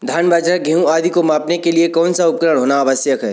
धान बाजरा गेहूँ आदि को मापने के लिए कौन सा उपकरण होना आवश्यक है?